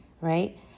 right